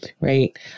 right